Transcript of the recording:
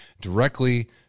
directly